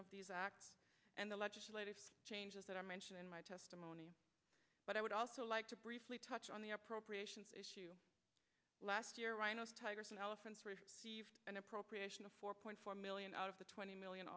of these act and the legislative changes that are mentioned in my testimony but i would also like to briefly touch on the appropriation issue last year rhinos tigers and elephants an appropriation of four point four million out of the twenty million